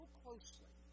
closely